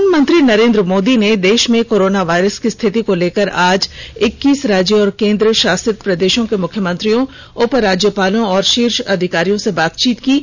प्रधानमंत्री नरेंद्र मोदी ने देश में कोरोना वायरस की स्थिति को लेकर आज इक्कीस राज्यों और केंद्र शासित प्रदेशों के मुख्यमंत्रियों उपराज्यपालों और शीर्ष अधिकारियों से बातचीत की है